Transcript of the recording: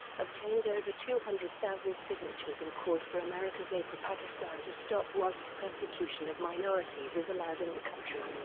obtained over two hundred thousand signatures and called for america's aid to pakistan to stop whilst persecution of minorities is allowed in that country.